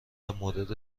مورد